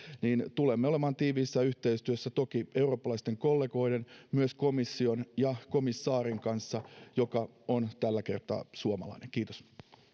tulemme olevan tiiviissä yhteistyössä toki eurooppalaisten kollegoiden myös komission ja komissaarin kanssa joka on tällä kertaa suomalainen kiitos